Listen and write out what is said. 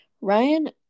Ryan